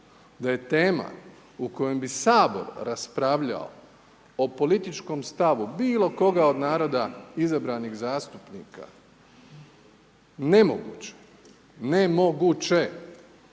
da je tema u kojoj bi Sabor raspravljao o političkom stavu bilo koga od naroda izabranih zastupnika nemoguće, nemoguće.